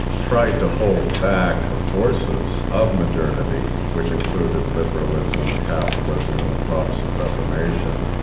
tried to hold back the forces of modernity which included liberalism capitalism and the protestant reformation.